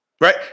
right